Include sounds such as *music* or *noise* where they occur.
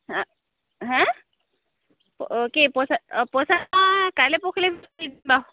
*unintelligible*